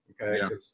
Okay